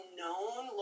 known